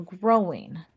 growing